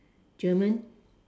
German